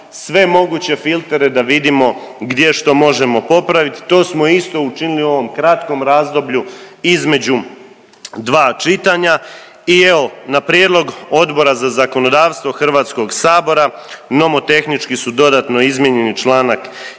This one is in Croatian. sve moguće filtere da vidimo gdje što možemo popravit, to smo isto učinili u ovome kratkom razdoblju između dva čitanja i evo na prijedlog Odbora za zakonodavstvo Hrvatskog sabora, nomotehnički su dodatno izmijenjeni čl.